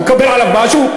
הוא מקבל עליו משהו?